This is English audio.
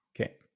Okay